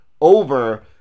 over